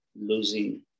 losing